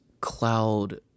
cloud